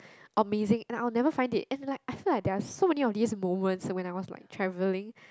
amazing and I will never find it and like I feel like there are so many of these moments when I was like travelling